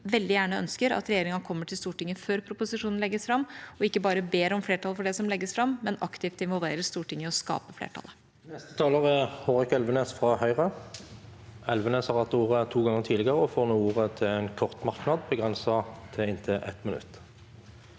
vi veldig gjerne ønsker at regjeringa kommer til Stortinget før proposisjonen legges fram, og ikke bare ber om flertall for det som legges fram, men aktivt involverer Stortinget i å skape flertallet. Presidenten Representanten Hårek Elvenes har hatt ordet to ganger tidligere og får ordet til en kort merknad, begrenset til 1 minutt.